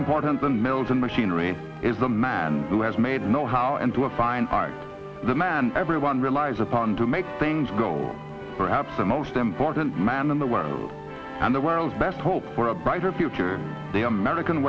important than mills and machinery is a man who has made know how and to a fine art the man everyone relies upon to make things go perhaps the most important man in the world and the world's best hope for a brighter future the american